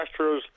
Astros